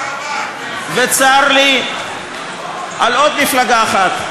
וצר לי על עוד מפלגה אחת,